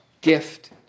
Gift